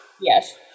Yes